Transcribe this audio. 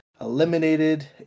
eliminated